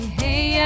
hey